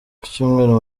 cyumweru